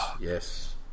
yes